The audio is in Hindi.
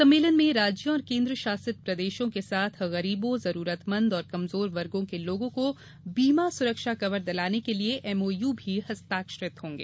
सम्मेलन में राज्यों और केन्द्र शासित प्रदेशों के साथ गरीबों जरूरतमंद और कमजोर वर्गों के लोगों को बीमा सुरक्षा कवर दिलाने के लिये एमओयू भी हस्ताक्षरित होंगे